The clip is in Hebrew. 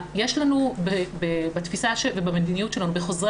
יש לנו בתפיסה ובמדיניות שלנו בחוזרי